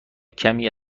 کمی